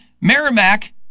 Merrimack